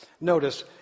Notice